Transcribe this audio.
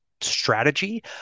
strategy